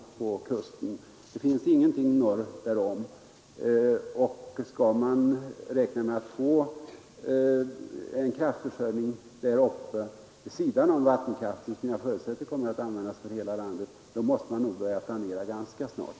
Det finns ingenting norr därom. Och skall man räkna med att få en kraftförsörjning där uppe vid sidan om vattenkraften, som jag förutsätter kommer att användas för hela landet, måste man nog börja planera ganska snart.